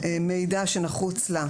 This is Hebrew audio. מידע שנחוץ לה,